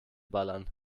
ballern